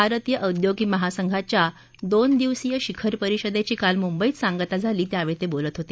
भारतीय औद्योगिक महासंघाच्या दोन दिवसीय शिखर परिषदेची काल मुंबईत सांगता झाली त्यावेळी ते बोलत होते